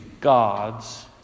God's